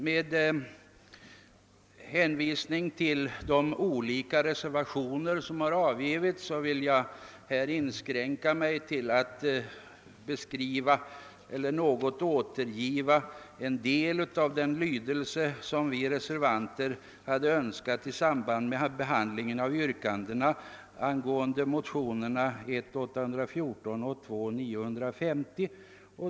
Med hänvisning till de olika reservationer som har avgivits vill jag här inskränka mig till att återgiva en del av den lydelse som vi reservanter hade önskat att utskottets utlåtande hade fått med anledning av yrkandena i motionerna I: 814 och II: 950.